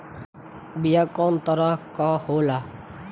बीया कव तरह क होला?